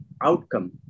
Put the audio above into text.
outcome